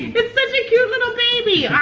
it's such a cute little baby. ahh!